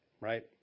right